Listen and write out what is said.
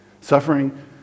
Suffering